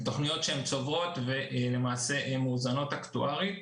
אלה תוכניות צוברות ולמעשה הן מאוזנות אקטוארית.